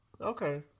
Okay